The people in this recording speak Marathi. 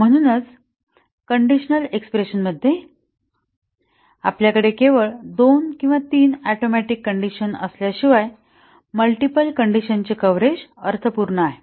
म्हणूनच कंडीशनल एक्स्प्रेशनमध्ये आपल्याकडे केवळ 2 किंवा 3 ऍटोमिक कण्डिशन असल्याशिवाय मल्टिपल कण्डिशनचे कव्हरेज अर्थपूर्ण आहे